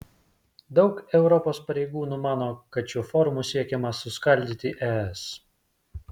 daug europos pareigūnų mano kad šiuo forumu siekiama suskaldyti es